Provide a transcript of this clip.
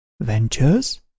Ventures